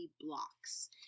blocks